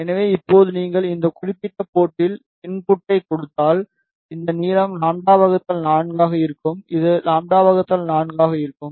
எனவே இப்போது நீங்கள் இந்த குறிப்பிட்ட போர்ட்டில் இன்புட்டைக் கொடுத்தால் இந்த நீளம் λ 4 ஆக இருக்கும் இது λ 4 ஆக இருக்கும்